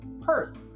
Perth